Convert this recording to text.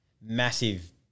massive